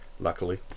luckily